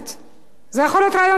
זה יכול להיות רעיון יוצא מן הכלל.